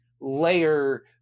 layer